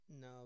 Now